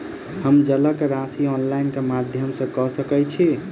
हम जलक राशि ऑनलाइन केँ माध्यम सँ कऽ सकैत छी?